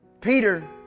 Peter